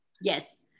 Yes